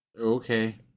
Okay